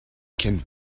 can